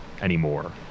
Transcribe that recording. anymore